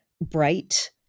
bright